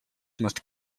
must